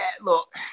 look